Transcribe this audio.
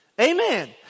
Amen